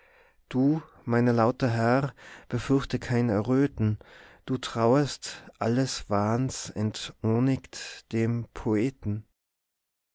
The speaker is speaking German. du meiner laute herr befürchte kein erröten du trauest alles wahns entohnigt dem poeten